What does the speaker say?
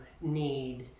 need